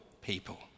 people